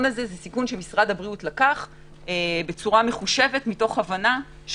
שמשרד הבריאות לקח בצורה מחושבת מתוך הבנה,